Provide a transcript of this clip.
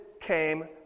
came